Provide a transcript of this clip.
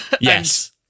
Yes